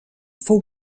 fou